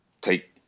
take